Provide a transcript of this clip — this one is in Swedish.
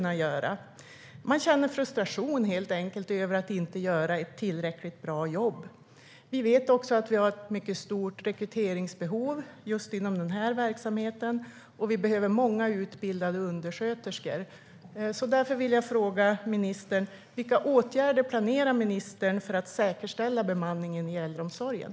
Man känner helt enkelt frustration över att inte göra ett tillräckligt bra jobb. Vi vet också att vi har ett mycket stort rekryteringsbehov just inom den här verksamheten, och vi behöver många utbildade undersköterskor. Därför vill jag fråga ministern: Vilka åtgärder planerar ministern för att säkerställa bemanningen i äldreomsorgen?